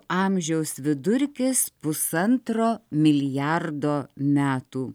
amžiaus vidurkis pusantro milijardo metų